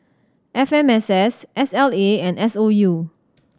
F M S S S L A and S O U